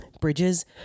bridges